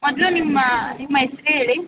ಮೊದಲು ನಿಮ್ಮ ನಿಮ್ಮ ಹೆಸರೇಳಿ